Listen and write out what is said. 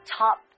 top